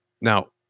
Now